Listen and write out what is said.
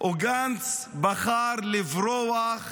וגנץ בחר לברוח